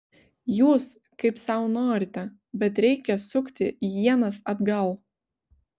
jūs kaip sau norite bet reikia sukti ienas atgal